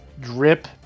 drip